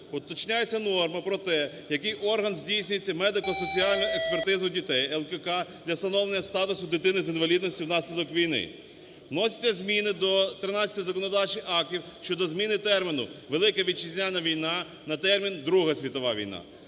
уточняється норма про те, який орган здійснює медико-соціальну експертизу дітей (ЛКК) для встановлення статусу дитини з інвалідністю внаслідок війни. Вносяться зміни до 13 законодавчих актів щодо зміни терміну "Велика Вітчизняна війна" на термін "Друга світова війна".